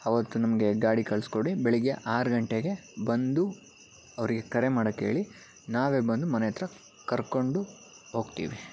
ಅವತ್ತು ನಮಗೆ ಗಾಡಿ ಕಳಿಸ್ಕೊಡಿ ಬೆಳಗ್ಗೆ ಆರು ಗಂಟೆಗೆ ಬಂದು ಅವರಿಗೆ ಕರೆ ಮಾಡೋಕ್ಕೇಳಿ ನಾವೇ ಬಂದು ಮನೆ ಹತ್ರ ಕರ್ಕೊಂಡು ಹೋಗ್ತೀವಿ